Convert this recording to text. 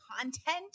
content